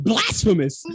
Blasphemous